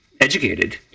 educated